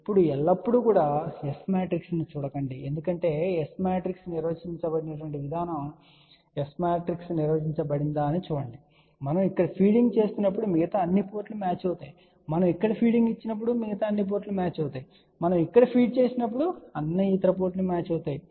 ఇప్పుడు ఎల్లప్పుడూ S matrix ను చూడకండిసరే ఎందుకంటే S మ్యాట్రిక్స్ నిర్వచించబడిన విధానం S మ్యాట్రిక్స్ నిర్వచించబడిందా అని చూడండి మనం ఇక్కడ ఫీడింగ్ ఇస్తున్నప్పుడు మిగతా అన్ని పోర్టులు మ్యాచ్ అవుతాయి మనం ఇక్కడ ఫీడింగ్ ఇచ్చినప్పుడు మిగతా అన్ని పోర్టులు మ్యాచ్ అవుతాయి మనము ఇక్కడ ఫీడ్ చేసినప్పుడు అన్ని ఇతర పోర్టులు మ్యాచ్ అవుతాయి